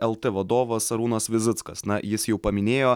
lt vadovas arūnas vizickas na jis jau paminėjo